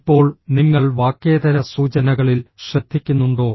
ഇപ്പോൾ നിങ്ങൾ വാക്കേതര സൂചനകളിൽ ശ്രദ്ധിക്കുന്നുണ്ടോ